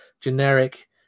generic